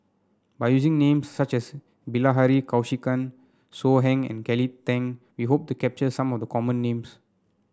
by using names such as Bilahari Kausikan So Heng and Kelly Tang we hope to capture some of the common names